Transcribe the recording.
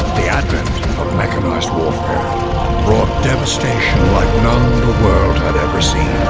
the advent of mechanized warfare brought devastation like none the world had ever seen.